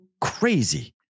crazy